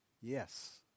Yes